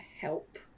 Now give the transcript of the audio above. help